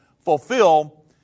fulfill